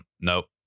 nope